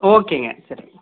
ஓகேங்க சரிங்க